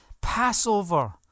Passover